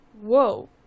Whoa